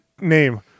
name